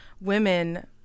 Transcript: women